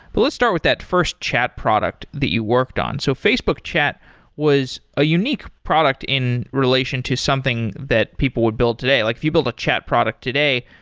but let's start with that first chat product that you worked on. so facebook chat was a unique product in relation to something that people would build today. like if you build a chat product today,